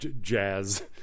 jazz